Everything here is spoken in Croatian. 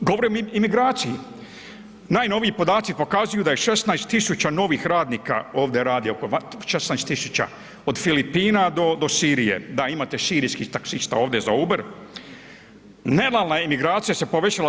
Govorim o imigraciji, najnoviji podaci pokazuju da je 16 000 novih radnika ovdje radi … [[Govornik se ne razumije]] 16 000 od Filipina do Sirije, da imate sirijskih taksista ovdje za Uber, … [[Govornik se ne razumije]] imigracija se povećala 10%